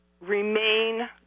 remain